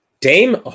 Dame